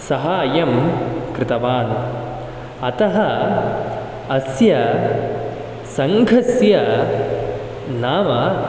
साहाय्यं कृतवान् अतः अस्य सङ्घस्य नाम